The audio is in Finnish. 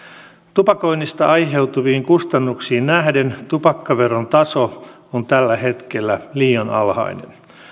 tupakoinnista aiheutuviin kustannuksiin nähden tupakkaveron taso on tällä hetkellä liian alhainen